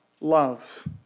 love